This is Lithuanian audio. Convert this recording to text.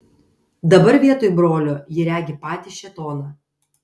dabar vietoj brolio ji regi patį šėtoną